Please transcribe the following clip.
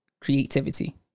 Creativity